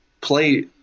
play